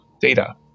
data